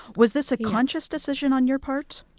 was this a conscious decision on your part?